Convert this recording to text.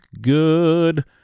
good